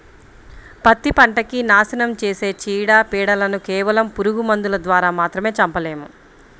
పత్తి పంటకి నాశనం చేసే చీడ, పీడలను కేవలం పురుగు మందుల ద్వారా మాత్రమే చంపలేము